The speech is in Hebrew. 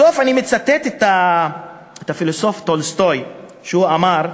בסוף אני מצטט את הפילוסוף טולסטוי, שאמר: